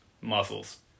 muscles